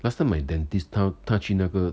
last time my dentist 他他去那个